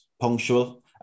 punctual